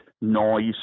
noise